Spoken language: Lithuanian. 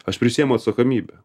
aš prisiemu atsakomybę